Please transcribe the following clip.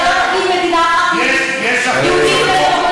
אתה לא יכול להגיד מדינה יהודית ודמוקרטית.